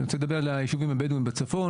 אני רוצה לדבר על הישובים הבדואים בצפון.